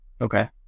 Okay